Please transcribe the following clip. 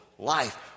Life